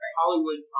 Hollywood